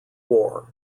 war